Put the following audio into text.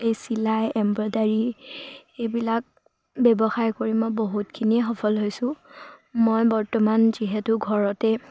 এই চিলাই এম্ব্ৰইডাৰী এইবিলাক ব্যৱসায় কৰি মই বহুতখিনিয়ে সফল হৈছোঁ মই বৰ্তমান যিহেতু ঘৰতে